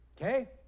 okay